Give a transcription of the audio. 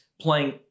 playing